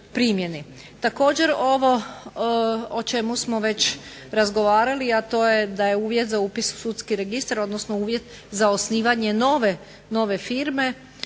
Također ovo o čemu smo već razgovarali, a to je da je uvjet za upis u sudski registar, odnosno uvjet za osnivanje nove firme